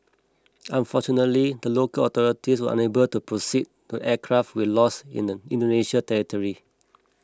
unfortunately the local authorities are unable to proceed the aircraft we lost in the Indonesia territory